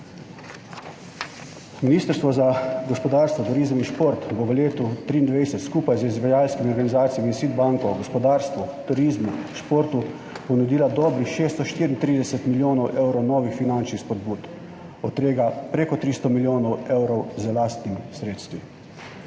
Ministrstvo za gospodarstvo, turizem in šport bo v letu 2023 skupaj z izvajalskimi organizacijami in SID banko gospodarstvu, turizmu, športu ponudila dobrih 634 milijonov evrov novih finančnih spodbud, od tega prek 300 milijonov evrov z lastnimi sredstvi.